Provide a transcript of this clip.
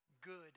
good